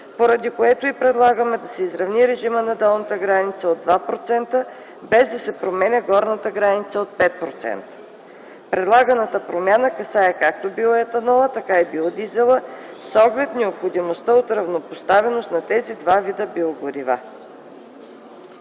поради което и предлагаме да се изравни режима на долната граница от 2% без да се променя горната граница от 5%. Предлаганата промяна касае както биоетанола, така и биодизела, с оглед необходимостта от равнопоставеност на тези два вида биогорива.